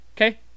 okay